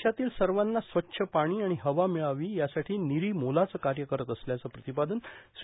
देशातील सर्वाना स्वच्छ पानी आणि हवा मिळावी यासाठी निरी मोलाचं कार्य करत असल्याचं प्रतिपादन श्री